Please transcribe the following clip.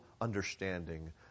understanding